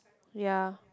ya